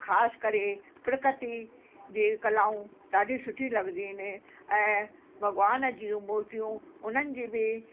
ख़ासि करे प्रकृतिअ जी कलाऊं ॾाढी सुठी लॻंदियूं आहिनि ऐं भॻवान जूं मुर्तियूं उन्हनि जी बि